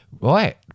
Right